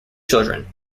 children